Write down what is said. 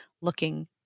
looking